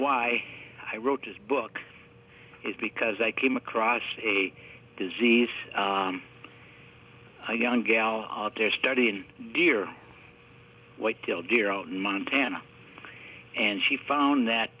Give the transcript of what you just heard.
why i wrote this book is because i came across a disease a young gal out there studying deer whitetail deer out montana and she found that